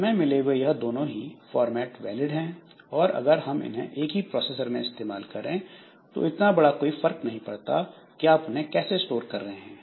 हमें मिले हुए यह दोनों ही फॉर्मेट वैलिड हैं और अगर हम इन्हें एक ही प्रोसेसर में इस्तेमाल करें तो इतना बड़ा कोई फर्क नहीं पड़ता कि आप उन्हें कैसे स्टोर कर रहे हैं